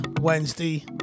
Wednesday